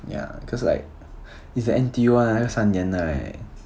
ya cause like it's the N_T_U one 要三年的 leh